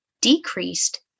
decreased